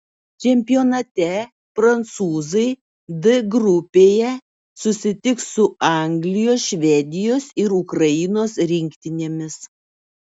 čempionate prancūzai d grupėje susitiks su anglijos švedijos ir ukrainos rinktinėmis